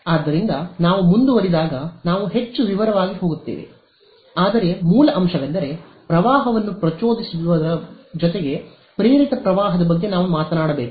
ಆದ್ದರಿಂದ ನಾವು ಮುಂದುವರಿದಾಗ ನಾವು ಹೆಚ್ಚು ವಿವರವಾಗಿ ಹೋಗುತ್ತೇವೆ ಆದರೆ ಮೂಲ ಅಂಶವೆಂದರೆ ಪ್ರವಾಹವನ್ನು ಪ್ರಚೋದಿಸುವುದರ ಜೊತೆಗೆ ಪ್ರೇರಿತ ಪ್ರವಾಹದ ಬಗ್ಗೆ ನಾವು ಮಾತನಾಡಬೇಕು